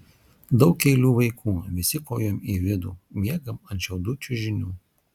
daug eilių vaikų visi kojom į vidų miegam ant šiaudų čiužinių